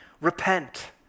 Repent